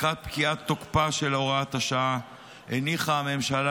לקראת פקיעת תוקפה של הוראת השעה הניחה הממשלה